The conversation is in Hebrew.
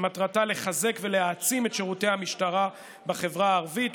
שמטרתה לחזק ולהעצים את שירותי המשטרה בחברה הערבית.